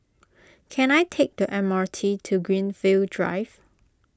can I take the M R T to Greenfield Drive